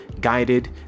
guided